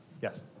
Yes